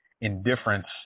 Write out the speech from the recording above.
indifference